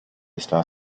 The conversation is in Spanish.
estaba